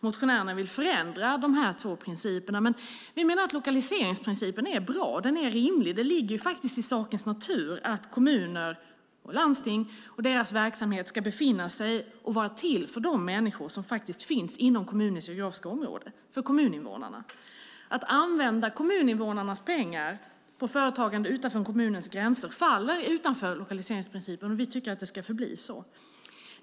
Motionärerna vill förändra de här två principerna, men vi menar att lokaliseringsprincipen är bra och rimlig. Det ligger i sakens natur att kommuner och landsting och deras verksamhet ska befinna sig och vara till för de människor som finns inom kommunens geografiska område, för kommuninvånarna. Att använda kommuninvånarnas pengar på företagande utanför kommunens gränser faller utanför lokaliseringsprincipen, och vi tycker att det ska förbli så.